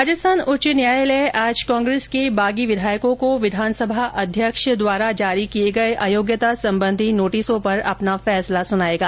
राजस्थान उच्च न्यायालय आज कांग्रेस के बागी विधायकों को विधानसभा अध्यक्ष द्वारा जारी किए गए अयोग्यता संबंधित नोटिसों पर अपना फैसला सुनाएगा